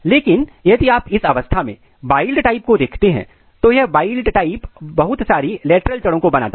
लेकिन यदि आप इस अवस्था में वाइल्ड टाइप को देखते हैं तो यह wild type बहुत सारी लेटरल जड़ों को बनाता है